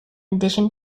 addition